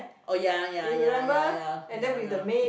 oh ya ya ya ya ya ya ya